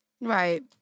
right